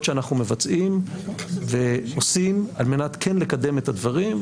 שאנחנו מבצעים ועושים על מנת כן לקדם את הדברים.